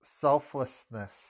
selflessness